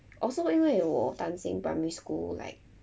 also 因为我担心 primary school like